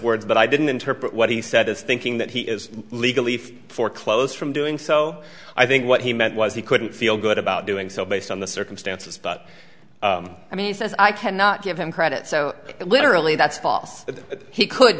words but i didn't interpret what he said as thinking that he is legally for clothes from doing so i think what he meant was he couldn't feel good about doing so based on the circumstances but i mean he says i cannot give him credit so literally that's false that he could